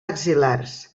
axil·lars